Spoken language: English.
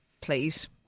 please